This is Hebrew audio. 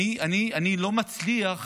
אני לא מצליח